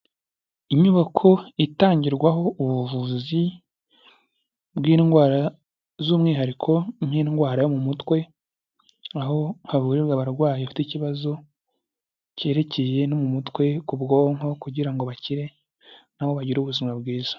Inyubako itangirwaho ubuvuzi bw'indwara z' umwihariko nk'indwara yo mu mutwe, aho havurirwa abarwayi bafite ikibazo cyerekeye no mu mutwe, ku bwonko kugira ngo bakire na bo bagire ubuzima bwiza.